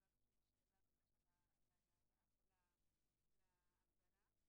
ואני חייבת לומר שיש אצלנו --- מה זאת אומרת המוצב באתר בנייה?